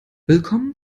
willkommen